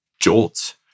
jolt